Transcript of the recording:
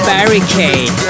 Barricade